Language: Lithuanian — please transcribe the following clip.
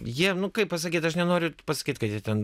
jie nu kaip pasakyt aš nenoriu pasakyt kad jie ten